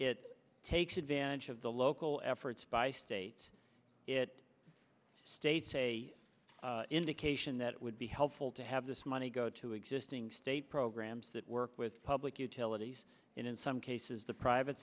it takes advantage of the local efforts by states it states a indication that it would be helpful to have this money go to existing state programs that work with public utilities and in some cases the private